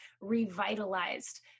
revitalized